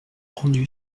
rendu